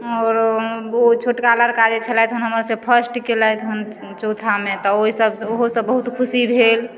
आओर ओ छोटका लड़का जे छलथि है हमर से फर्स्ट केलथि हैं चौथामे तऽ ओहि सभसँ ओहूसँ बहुत खुशी भेल